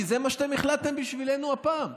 כי זה מה שאתם החלטתם בשבילנו הפעם.